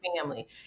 family